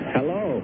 Hello